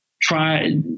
try